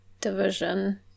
division